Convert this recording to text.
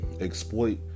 Exploit